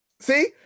See